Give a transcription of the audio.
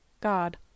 god